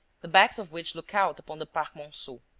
the backs of which look out upon the parc monceau.